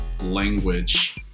language